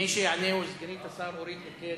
מי שתענה היא סגנית השר אורית נוקד.